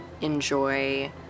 enjoy